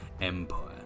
Empire